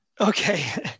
okay